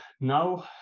now